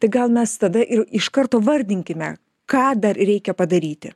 tai gal mes tada ir iš karto vardinkime ką dar reikia padaryti